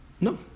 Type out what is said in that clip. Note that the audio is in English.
No